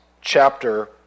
chapter